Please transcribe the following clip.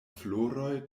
floroj